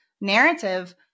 narrative